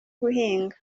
guhinga